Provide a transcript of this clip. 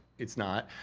it's not.